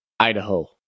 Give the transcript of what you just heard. Idaho